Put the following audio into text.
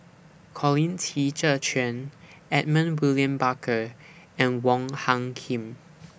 Colin Qi Zhe Quan Edmund William Barker and Wong Hung Khim